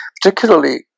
Particularly